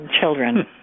children